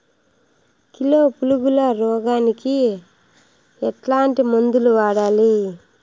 Kilo పులుగుల రోగానికి ఎట్లాంటి మందులు వాడాలి?